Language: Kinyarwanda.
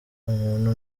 umuntu